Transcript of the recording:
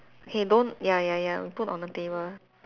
okay don't ya ya ya you put on the table